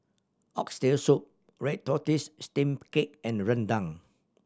Oxtail Soup red tortoise steamed cake and rendang